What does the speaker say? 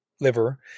liver